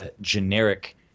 generic